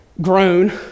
grown